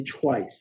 twice